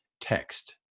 text